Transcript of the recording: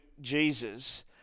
Jesus